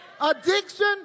addiction